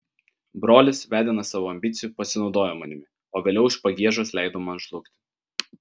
brolis vedinas savo ambicijų pasinaudojo manimi o vėliau iš pagiežos leido man žlugti